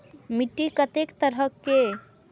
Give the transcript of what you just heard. मिट्टी कतेक तरह के?